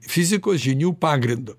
fizikos žinių pagrindu